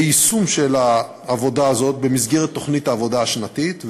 יהיה יישום של העבודה הזאת במסגרת תוכנית העבודה השנתית,